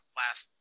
last